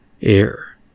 air